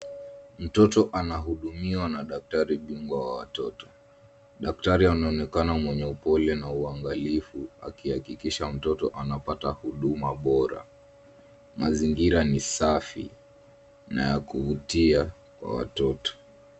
Mtoto anahudumiwa na daktari bingwa wa watoto. Daktari anaonekana mwenye upole na uangalifu akihakikisha mtoto anapata huduma bora. Mazingira ni safi na ya kuvutia kwa watoto.